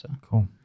Cool